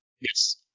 Yes